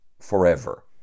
forever